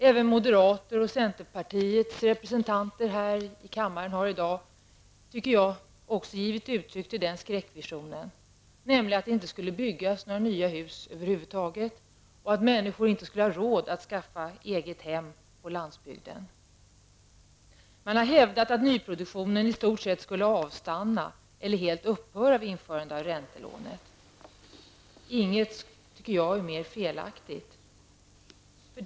Även moderata samlingspartiets och centerpartiets representanter har här i kammaren i dag enligt min mening givit uttryck för en sådan skräckvision, nämligen att det inte skulle byggas några nya hus över huvud taget och att människor inte skulle ha råd att skaffa ett eget hem på landsbygden. Man har hävdat att nyproduktionen i stort sett skulle avstanna eller helt upphöra när räntelånet införs. Jag anser att inget kunde vara mer felaktigt.